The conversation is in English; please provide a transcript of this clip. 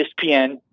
ESPN